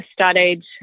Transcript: studied